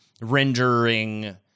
rendering